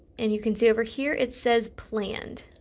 and you can see over here it says planned.